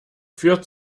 führt